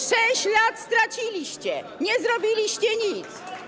6 lat straciliście, nie zrobiliście nic.